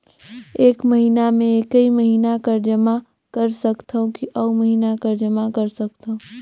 एक महीना मे एकई महीना कर जमा कर सकथव कि अउ महीना कर जमा कर सकथव?